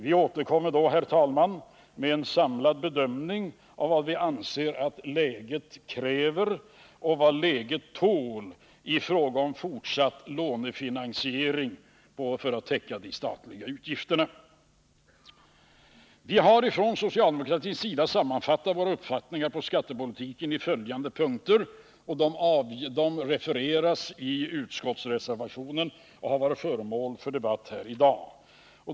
Vi återkommer då, herr talman, med en samlad bedömning av vad vi anser att läget kräver och vad läget tål i fråga om fortsatt lånefinansiering för att täcka de statliga utgifterna. Vi har från socialdemokratins sida sammanfattat vår uppfattning om skattepolitiken i följande punkter, som refereras i reservationen och har varit föremål för debått här i dag.